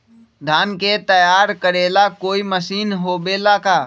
धान के तैयार करेला कोई मशीन होबेला का?